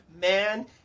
man